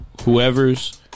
whoever's